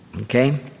Okay